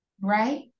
right